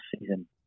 season